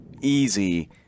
easy